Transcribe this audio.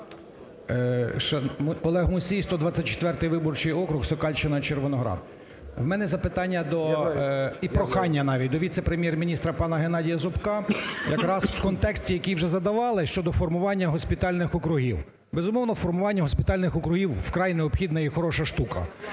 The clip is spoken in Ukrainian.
Олег Мусій, 124 виборчий округ, Сокальщина, Червоноград. В мене запитання до і прохання навіть до віце-прем'єр-міністра пана Геннадія Зубка якраз в контексті, який вже задавали, щодо формування госпітальних округів. Безумовно, формування госпітальних округів – вкрай необхідна і хороша штука.